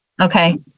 Okay